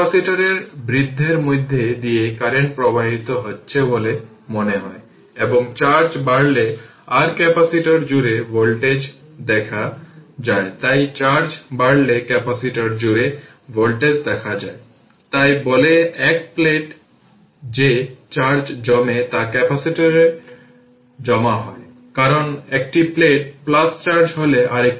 সুতরাং সুইচটি দীর্ঘ সময়ের জন্য ক্লোজ রয়েছে এবং তাই ইন্ডাক্টর জুড়ে ভোল্টেজ অবশ্যই 0 এ t 0 হতে হবে কারণ এটি একটি শর্ট সার্কিট হিসাবে কাজ করবে এবং তাই ন্ডাক্টর এ প্রাথমিকভাবে কারেন্ট t 0 এ 2 অ্যাম্পিয়ার i L হল 0 এর সমান